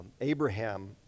Abraham